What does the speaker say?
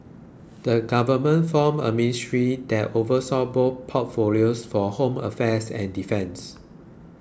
the government formed a ministry that oversaw both portfolios for home affairs and defence